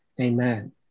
Amen